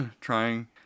trying